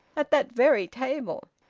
at that very table.